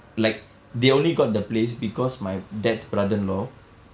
like they only got the place because my dad's brother in law